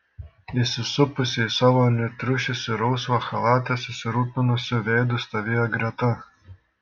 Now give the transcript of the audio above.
įsisupusi į savo nutriušusį rausvą chalatą susirūpinusiu veidu stovėjo greta